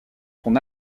son